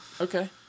Okay